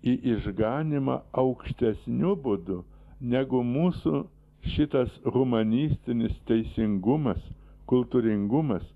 į išganymą aukštesniu būdu negu mūsų šitas humanistinis teisingumas kultūringumas